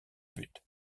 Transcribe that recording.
but